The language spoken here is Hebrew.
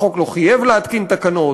החוק לא חייב להתקין תקנות,